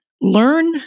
learn